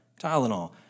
Tylenol